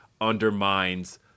undermines